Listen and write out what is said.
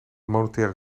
monetaire